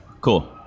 Cool